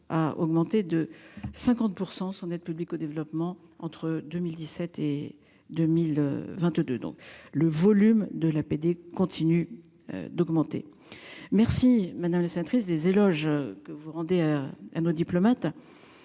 a augmenté de 50% son aide publique au développement, entre 2017 et 2022 donc le volume de l'APD continue d'augmenter. Merci madame la sénatrice des éloges que vous rendez à un haut diplomate.